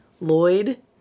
Lloyd